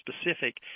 specific